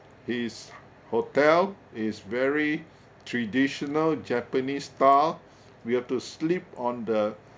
his hotel is very traditional japanese style we have to sleep on the